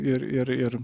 ir ir ir